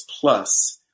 plus